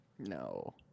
No